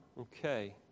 Okay